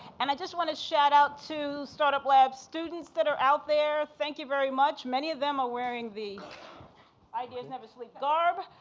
and i just wanna shout out to startup lab students that are out there. thank you very much, many of them are wearing the ideas never sleep garb.